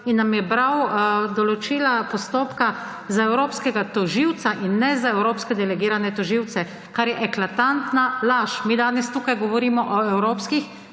in nam je bral določila postopka za evropskega tožilca in ne za evropske delegirane tožilce, kar je eklatantna laž. Mi danes tukaj govorimo o evropskih